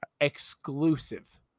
exclusive